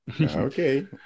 Okay